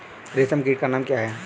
रेशम कीट का नाम क्या है?